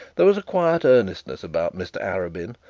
there was a quiet earnestness about mr arabin,